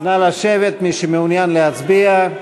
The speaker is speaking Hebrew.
נא לשבת, מי שמעוניין להצביע.